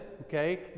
okay